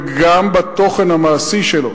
וגם בתוכן המעשי שלו,